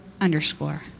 underscore